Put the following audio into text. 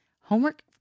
homework